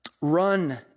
Run